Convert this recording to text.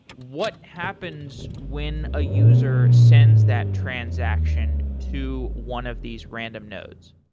what happens when a user sends that transaction to one of these random nodes?